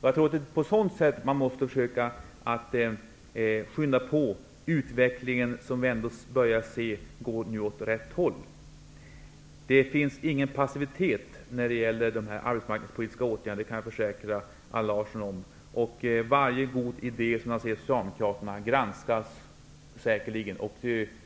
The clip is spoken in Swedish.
Jag tror att det är på det sättet som man måste försöka skynda på utvecklingen, som ändå börjar gå åt rätt håll. Det finns ingen passivitet när det gäller de arbetsmarknadspolitiska åtgärderna -- det kan jag försäkra Allan Larsson om. Varje god idé från Socialdemokraterna granskas säkerligen.